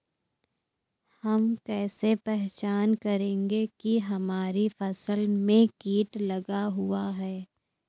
हम कैसे पहचान करेंगे की हमारी फसल में कीट लगा हुआ है?